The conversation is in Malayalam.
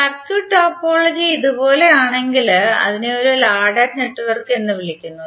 സർക്യൂട്ട് ടോപ്പോളജി ഇതുപോലെയാണെങ്കിൽ അതിനെ ഒരു ലാഡ്ഡർ നെറ്റ്വർക്ക് എന്ന് വിളിക്കുന്നു